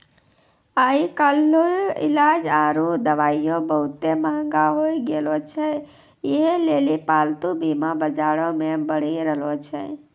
आइ काल्हि इलाज आरु दबाइयै बहुते मंहगा होय गैलो छै यहे लेली पालतू बीमा बजारो मे बढ़ि रहलो छै